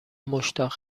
مشتاق